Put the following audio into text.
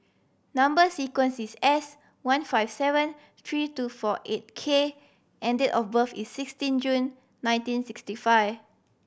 number sequence is S one five seven three two four eight K and date of birth is sixteen June nineteen sixty five